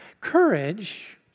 Courage